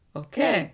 okay